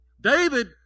David